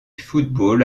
football